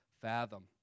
fathom